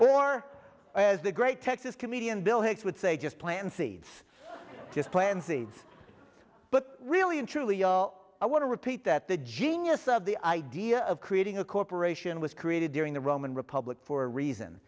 or as the great texas comedian bill hicks would say just plant seeds just plan seeds but really and truly i want to repeat that the genius of the idea of creating a corporation was created during the roman republic for a reason